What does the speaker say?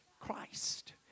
Christ